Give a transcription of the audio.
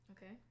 Okay